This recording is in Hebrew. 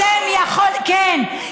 כן,